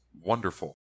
wonderful